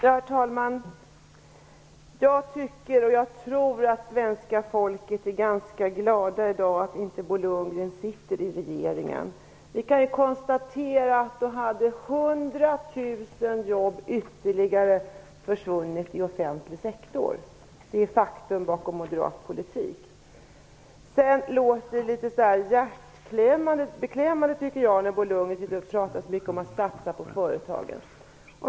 Herr talman! Jag tror att svenska folket gläder sig åt att Bo Lundgren inte sitter i regeringen i dag. Vi kan konstatera att då skulle ytterligare 100 000 jobb ha försvunnit i den offentliga sektorn. Det är ett faktum i den moderata politiken. Det låter litet beklämmande när Bo Lundgren talar så mycket om att man skall satsa på företagen.